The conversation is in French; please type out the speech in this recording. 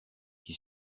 qui